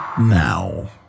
now